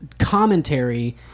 commentary